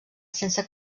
sense